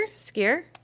skier